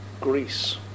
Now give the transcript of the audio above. Greece